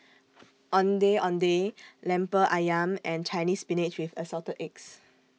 Ondeh Ondeh Lemper Ayam and Chinese Spinach with Assorted Eggs